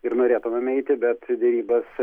ir norėtumėm eiti bet derybas